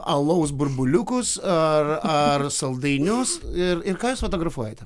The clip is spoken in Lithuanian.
alaus burbuliukus ar ar saldainius ir ir ką jūs fotografuojate